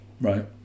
Right